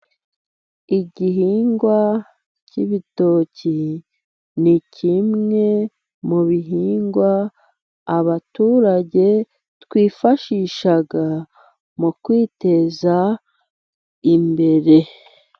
Igihingwa cy'ibitoki ni kimwe mu bihingwa abaturage twifashisha mu kwiteza imbere.